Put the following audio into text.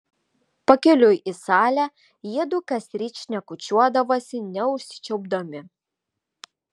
pakeliui į salę jiedu kasryt šnekučiuodavosi neužsičiaupdami